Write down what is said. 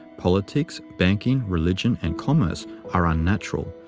politics, banking, religion, and commerce are unnatural,